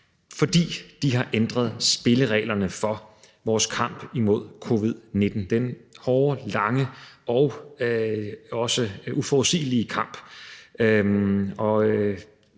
fordi de har ændret spillereglerne for vores kamp imod covid-19, den hårde, lange og også uforudsigelige kamp.